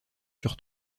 sur